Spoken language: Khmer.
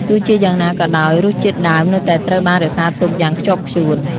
ទោះជាយ៉ាងណាក៏ដោយ រសជាតិដើមនៅតែត្រូវបានរក្សាទុកយ៉ាងខ្ជាប់ខ្ជួន។